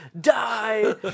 die